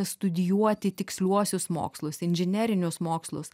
studijuoti tiksliuosius mokslus inžinerinius mokslus